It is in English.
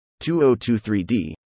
2023d